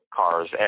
cars